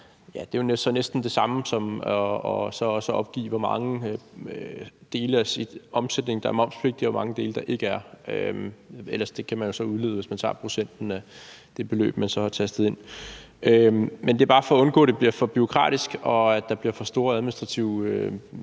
at man jo så i hvert fald opgiver, hvor mange dele af ens omsætning der er momsfri, og hvor mange dele der ikke er – og det kan man jo så udlede, hvis man tager procenten af det beløb, man har tastet ind. Men det er bare for at undgå, at det bliver for bureaukratisk, og at der bliver for store administrative